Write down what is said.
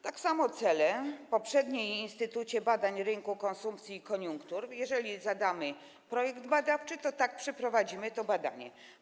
Tak samo cele w poprzednim Instytucie Badań Rynku, Konsumpcji i Koniunktur - jeżeli zadamy projekt badawczy, to tak przeprowadzimy to badanie.